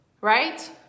Right